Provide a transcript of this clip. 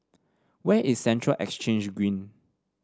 where is Central Exchange Green